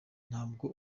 ntabwo